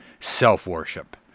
self-worship